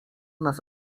nas